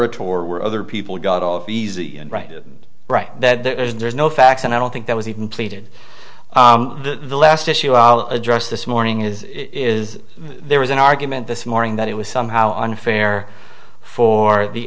or were other people got off easy and right is right that there's no facts and i don't think that was even pleaded the last issue i'll address this morning is it is there was an argument this morning that it was somehow unfair for the